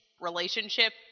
relationship